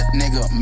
nigga